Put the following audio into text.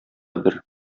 бер